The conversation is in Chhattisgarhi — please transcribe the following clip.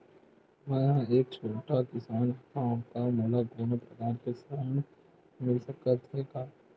मै ह एक छोटे किसान हंव का मोला कोनो प्रकार के ऋण मिल सकत हे का?